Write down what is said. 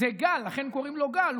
זה גל, לכן קוראים לו גל.